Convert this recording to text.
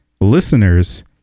listeners